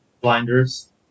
blinders